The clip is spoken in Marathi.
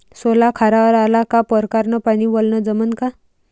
सोला खारावर आला का परकारं न पानी वलनं जमन का?